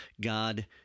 God